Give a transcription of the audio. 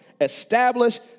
establish